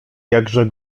jakże